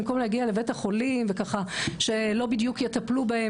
במקום להגיע לבית החולים וככה שלא בדיוק יטפלו בהן,